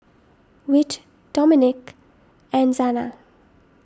Whit Domenick and Zana